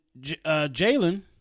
Jalen